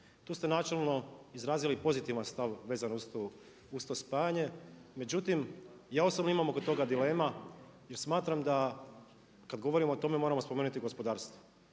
Tu ste načelno izrazili pozitivan stav vezano uz to spajanje, međutim ja osobno imam oko toga dilema jer smatram da kad govorimo o tome moramo spomenuti gospodarstvo.